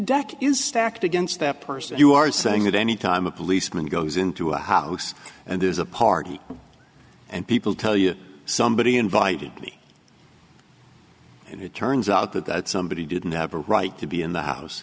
deck is stacked against that person you are saying that anytime a policeman goes into a house and there's a party and people tell you somebody's invited me and it turns out that that somebody didn't have a right to be in the house